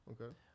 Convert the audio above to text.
Okay